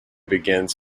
begins